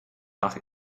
fach